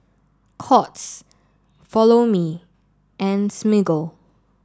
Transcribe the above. courts Follow Me and Smiggle